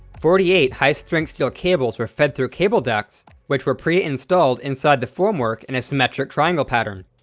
forty eight high-strength steel cables were fed through cable ducts which were pre-installed inside the formwork in a symmetric triangle pattern.